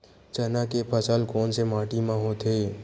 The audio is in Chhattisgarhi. चना के फसल कोन से माटी मा होथे?